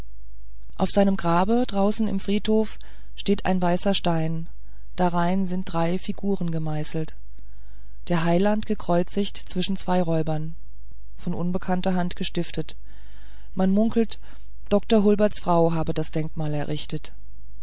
auf seinem grabe draußen im friedhof steht ein weißer stein darein sind drei figuren gemeißelt der heiland gekreuzigt zwischen zwei räubern von unbekannter hand gestiftet man munkelt dr hulberts frau habe das denkmal errichtet